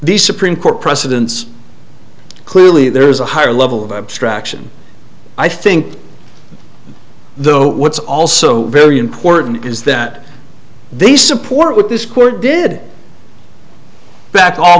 these supreme court precedents clearly there is a higher level of abstraction i think though what's also very important is that they support with this queer did back all